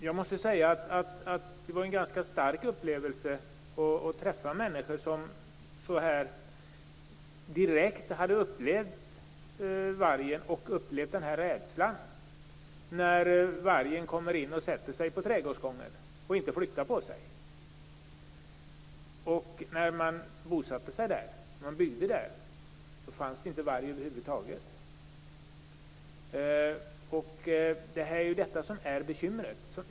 Jag måste säga att det var en ganska stark upplevelse att träffa människor som så direkt har upplevt vargen. De har upplevt rädslan när vargen kommer in och sätter sig på trädgårdsgången och inte flyttar på sig. När man byggde hus och bosatte sig där fanns det inte varg över huvud taget. Det är detta som är bekymret.